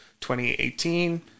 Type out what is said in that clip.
2018